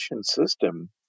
system